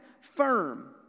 firm